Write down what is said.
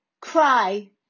cry